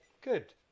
good